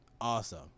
awesome